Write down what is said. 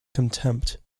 contempt